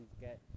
get